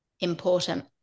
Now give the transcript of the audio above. important